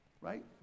right